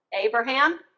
Abraham